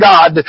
God